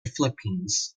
philippines